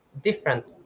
different